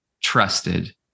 trusted